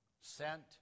sent